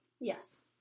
Yes